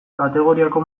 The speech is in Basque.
kategoriako